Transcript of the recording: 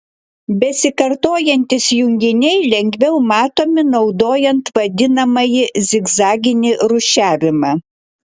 besikartojantys junginiai lengviau matomi naudojant vadinamąjį zigzaginį rūšiavimą